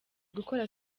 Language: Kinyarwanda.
gukora